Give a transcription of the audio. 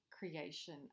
creation